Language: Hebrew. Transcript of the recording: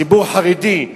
ציבור חרדי,